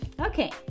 Okay